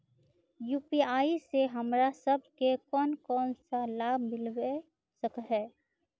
UPI से हमरा सब के कोन कोन सा लाभ मिलबे सके है?